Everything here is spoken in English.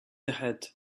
ahead